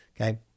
Okay